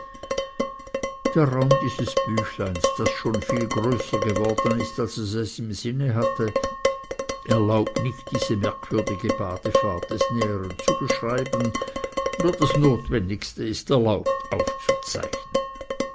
der raum dieses büchleins das schon viel größer geworden ist als es es im sinne hatte erlaubt es nicht diese merkwürdige badefahrt des näheren zu beschreiben nur das notwendigste ist erlaubt aufzuzeichnen